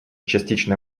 частично